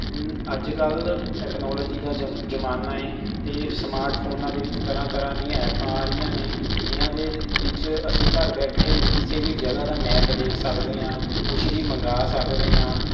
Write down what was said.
ਹੁਣ ਅੱਜ ਕੱਲ੍ਹ ਟੈਕਨੋਲੋਜੀ ਦਾ ਜਮ ਜ਼ਮਾਨਾ ਹੈ ਅਤੇ ਸਮਾਰਟ ਫ਼ੋਨਾਂ ਦੇ ਵਿੱਚ ਤਰ੍ਹਾਂ ਤਰ੍ਹਾਂ ਦੀਆਂ ਐਪਾਂ ਆ ਰਹੀਆਂ ਨੇ ਜਿਨ੍ਹਾਂ ਦੇ ਵਿੱਚ ਅਸੀਂ ਘਰ ਬੈਠੇ ਹੀ ਕਿਸੇ ਵੀ ਜਗ੍ਹਾ ਦਾ ਮੈਪ ਦੇਖ ਸਕਦੇ ਹਾਂ ਕੁਛ ਵੀ ਮੰਗਾ ਸਕਦੇ ਹਾਂ